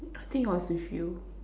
I think it was with you